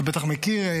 אתה בטח מכיר,